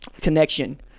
connection